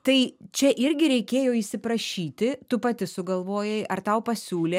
tai čia irgi reikėjo įsiprašyti tu pati sugalvojai ar tau pasiūlė